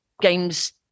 games